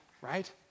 right